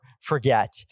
forget